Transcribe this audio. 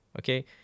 okay